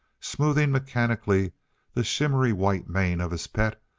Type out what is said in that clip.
smoothing mechanically the shimmery, white mane of his pet,